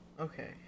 okay